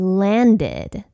landed 。